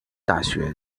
大学